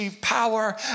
Power